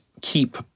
keep